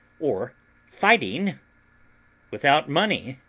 or fighting without money?